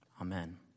Amen